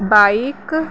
bike